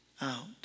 out